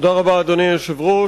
אדוני היושב-ראש,